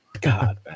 God